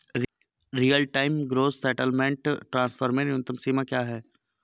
Real time gross settlement transfer में न्यूनतम सीमा क्या है?